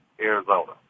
Arizona